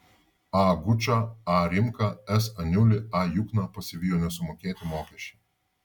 a gučą a rimką s aniulį a jukną pasivijo nesumokėti mokesčiai